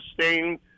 sustained